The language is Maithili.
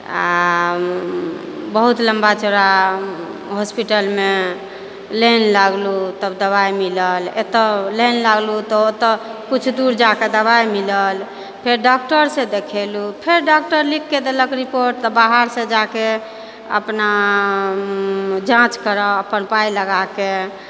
आओर बहुत लम्बा चौड़ा हॉस्पिटलमे लाइन लागलहुँ तब दवाइ मिलल एतै लाइन लागलहुँ तब ओतय किछु दूर जाइके दवाई मिलल फेर डॉक्टरसँ देखेलहुँ फेर डॉक्टर लिखिके देलक रिपोर्ट तऽ बाहरसँ जाके अपना जाँच कराउ अपन पाइ लगाके